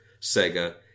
Sega